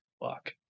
fuck